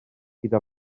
gyda